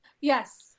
Yes